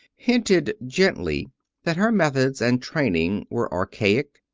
hinted gently that her methods and training were archaic,